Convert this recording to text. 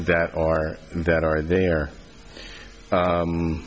that are that are there